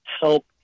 help